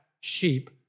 sheep